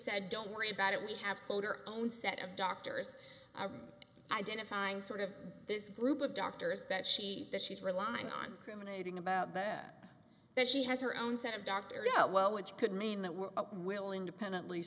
said don't worry about it we have told her own set of doctors identifying sort of this group of doctors that she that she's relying on criminalizing about that she has her own set of doctor do well which could mean that we will independently